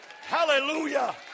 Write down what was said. Hallelujah